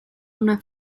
una